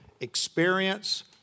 experience